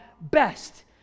best